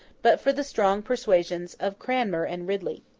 but for the strong persuasions of cranmer and ridley.